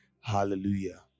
Hallelujah